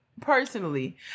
Personally